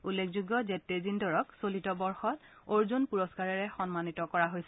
উল্লেখযোগ্য যে তেজিন্দৰক চলিত বৰ্ষত অৰ্জুন পূৰষ্ণাৰেৰে সন্মানীত কৰা হৈছিল